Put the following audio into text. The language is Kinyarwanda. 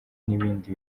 n’ibindi